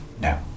No